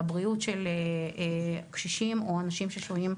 הבריאות של הקשישים או האנשים השוהים שם במוסדות.